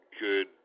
Good